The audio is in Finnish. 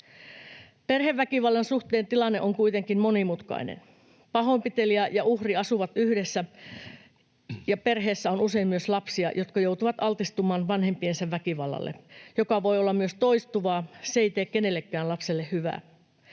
Perheväkivallan suhteen tilanne on kuitenkin monimutkainen. Pahoinpitelijä ja uhri asuvat yhdessä, ja perheessä on usein myös lapsia, jotka joutuvat altistumaan vanhempiensa väkivallalle, joka voi olla myös toistuvaa. Se ei tee kenellekään lapselle hyvää.